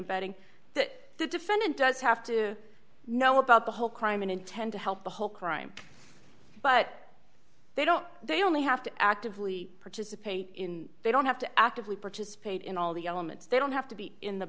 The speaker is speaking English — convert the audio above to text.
abetting that the defendant does have to know about the whole crime and intend to help the whole crime but they don't they only have to actively participate in they don't have to actively participate in all the elements they don't have to be in the